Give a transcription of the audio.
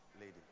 lady